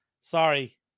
Sorry